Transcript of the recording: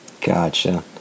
Gotcha